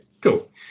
Cool